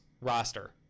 roster